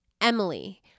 Emily